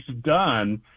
done –